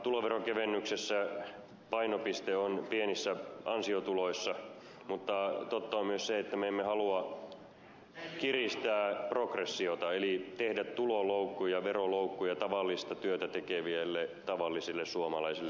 tuloveron kevennyksessä painopiste on pienissä ansiotuloissa mutta totta on myös se että me emme halua kiristää progressiota eli tehdä tuloloukkuja veroloukkuja tavallista työtä tekeville tavallisille suomalaisille ihmisille